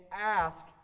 ask